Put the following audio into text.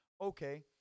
Okay